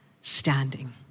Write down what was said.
standing